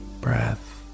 breath